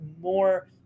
more